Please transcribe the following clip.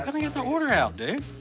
i mean get the order out, dude.